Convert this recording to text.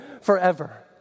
forever